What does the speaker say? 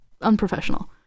unprofessional